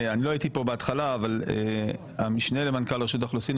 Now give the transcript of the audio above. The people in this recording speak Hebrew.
אני לא הייתי כאן בהתחלה אבל המשנה למנכ"ל רשות האוכלוסין,